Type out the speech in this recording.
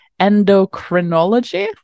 endocrinology